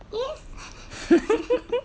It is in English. yes